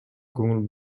көңүл